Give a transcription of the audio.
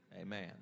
Amen